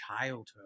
childhood